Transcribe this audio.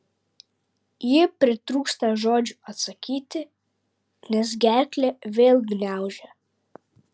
ji pritrūksta žodžių atsakyti nes gerklę vėl gniaužia